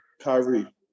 Kyrie